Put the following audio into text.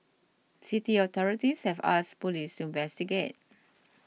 city authorities have asked police to investigate